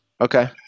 Okay